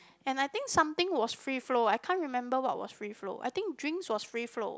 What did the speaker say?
and I think something was free flow I can't remember what was free flow I think drinks was free flow